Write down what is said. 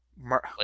Mark